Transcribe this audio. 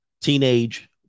teenage